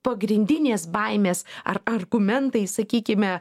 pagrindinės baimės ar argumentai sakykime